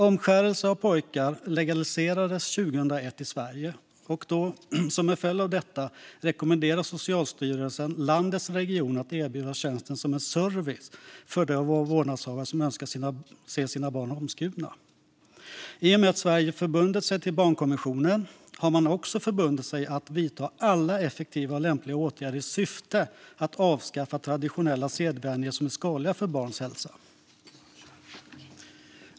Omskärelse av pojkar legaliserades 2001 i Sverige, och som en följd av detta rekommenderar Socialstyrelsen landets regioner att erbjuda tjänsten som en service för de vårdnadshavare som önskar se sina barn omskurna. I och med att Sverige förbundit sig till barnkonventionen har man också förbundit sig att vidta alla effektiva och lämpliga åtgärder i syfte att avskaffa traditionella sedvänjor som är skadliga för barns hälsa.